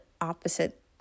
opposite